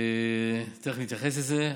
תכף נתייחס לזה.